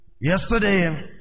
Yesterday